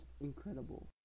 incredible